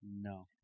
No